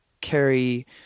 carry –